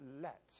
let